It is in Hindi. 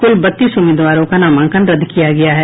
कुल बत्तीस उम्मीदवारों का नामांकन रद्द किया गया है